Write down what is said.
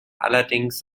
allerdings